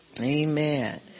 Amen